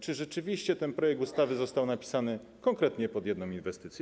Czy rzeczywiście ten projekt ustawy został napisany konkretnie pod jedną inwestycję?